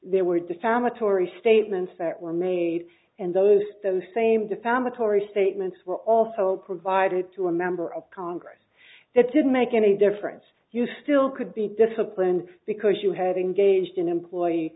defamatory statements that were made and those those same defamatory statements were also provided to a member of congress that didn't make any difference you still could be disciplined because you have engaged in employee